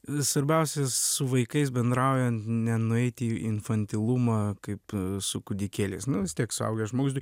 svarbiausia su vaikais bendraujant nenueiti į infantilumą kaip su kūdikėliais nu vis tiek suaugęs žmogus